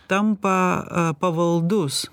tampa pavaldus